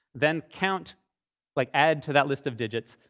then count like, add to that list of digits.